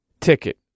ticket